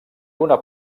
una